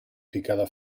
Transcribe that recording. picada